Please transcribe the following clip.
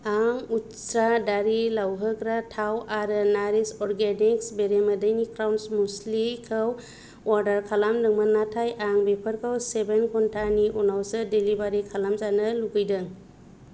आं उस्त्रा दारि लावहोग्रा थाव आरो नारिश अर्गेनिक्स बेरेमोदैनि क्रान्च म्युस्लि खौ अर्डार खालामदोंमोन नाथाय आं बेफोरखौ सेभेन घन्टानि उनावसो डेलिबारि खालामजानो लुबैदों